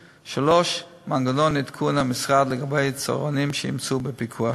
3. מנגנון עדכון המשרד לגבי הצהרונים שיימצאו בפיקוח.